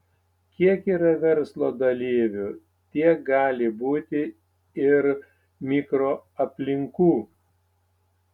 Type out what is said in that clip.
kiek yra verslo dalyvių tiek gali būti ir mikroaplinkų